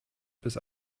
bis